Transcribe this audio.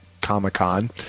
Comic-Con